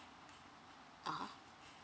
ah